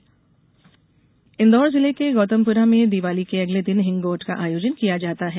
हिंगोट इन्दौर जिले के गौतमपुरा में दीवाली के अगले दिन हिंगोट का आयोजन किया जाता है